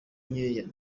nkeya